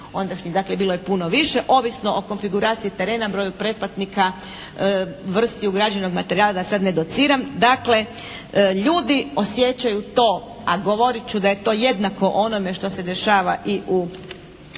Dakle bilo je puno više, ovisno o konfiguraciji terena, broju pretplatnika, vrsti ugrađenog materijala, da sad ne dociram. Dakle ljudi osjećaju to, a govorit ću da je to jednako onome što se dešava i u